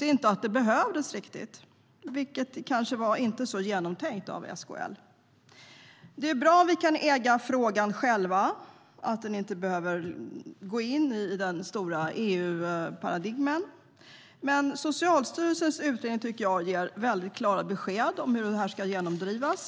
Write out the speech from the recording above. inte att det behövdes. Det var nog inte så genomtänkt av SKL. Det är bra att Sverige kan äga frågan själv och att den inte behöver gå in i det stora EU-paradigmet. Socialstyrelsens utredning ger klara besked om hur detta ska genomdrivas.